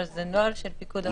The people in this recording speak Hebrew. אבל זה נוהל של פיקוד העורף.